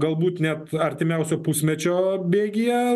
galbūt net artimiausio pusmečio bėgyje